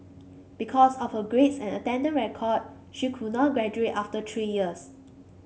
because of her grades and attendance record she could not graduate after three years